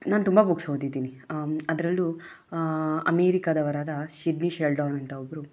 ನಾನು ತುಂಬ ಬುಕ್ಸ್ ಓದಿದ್ದೀನಿ ಅದರಲ್ಲೂ ಅಮೆರಿಕದವರಾದ ಸಿಡ್ನಿ ಶೆಲ್ಡನ್ ಅಂತ ಒಬ್ಬರು